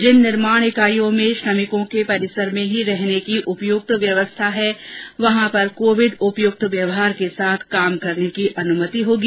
जिन निर्माण इकाईयों में श्रमिकों के परिसर में ही रहने की उपयुक्त व्यवस्था है वहां पर कोविड उपयुक्त व्यवहार के साथ कार्य करने की अनुमति होगी